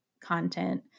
content